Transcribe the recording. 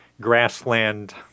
grassland